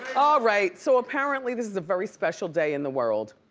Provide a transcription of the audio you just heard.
all right, so apparently, this is a very special day in the world.